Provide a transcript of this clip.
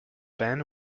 pan